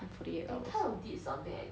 and forty eight hours